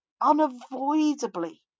unavoidably